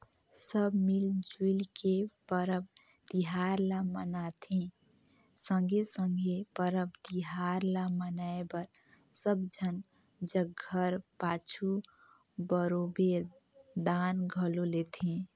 सब मिल जुइल के परब तिहार ल मनाथें संघे संघे परब तिहार ल मनाए बर सब झन जग घर पाछू बरोबेर दान घलो लेथें